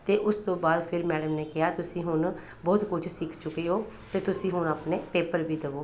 ਅਤੇ ਉਸ ਤੋਂ ਬਾਅਦ ਫਿਰ ਮੈਡਮ ਨੇ ਕਿਹਾ ਤੁਸੀਂ ਹੁਣ ਬਹੁਤ ਕੁਝ ਸਿੱਖ ਚੁੱਕੇ ਹੋ ਅਤੇ ਤੁਸੀਂ ਹੁਣ ਆਪਣੇ ਪੇਪਰ ਵੀ ਦੇਵੋ